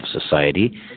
society